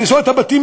הריסות הבתים,